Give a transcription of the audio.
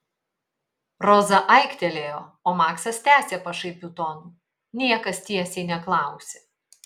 roza aiktelėjo o maksas tęsė pašaipiu tonu niekas tiesiai neklausia